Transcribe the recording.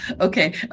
Okay